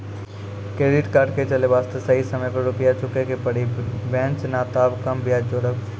Credit card के चले वास्ते सही समय पर रुपिया चुके के पड़ी बेंच ने ताब कम ब्याज जोरब?